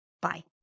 Bye